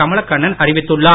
கமலக்கண்ணன் அறிவித்துள்ளார்